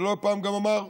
ולא פעם גם אמר,